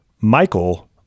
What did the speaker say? Michael